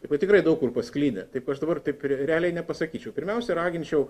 taip pat tikrai daug kur pasklidę taip aš dabar taip realiai nepasakyčiau pirmiausia raginčiau